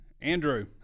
Andrew